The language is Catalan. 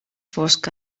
fosc